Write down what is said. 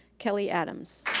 kelli adams.